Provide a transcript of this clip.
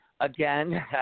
again